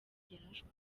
yarashwe